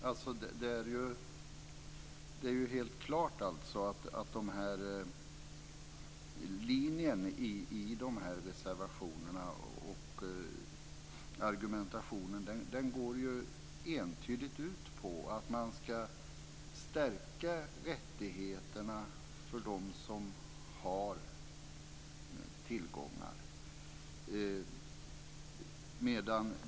Fru talman! Det är helt klart att linjen i reservationerna och argumentationen entydigt går ut på att man ska stärka rättigheterna för dem som har tillgångar.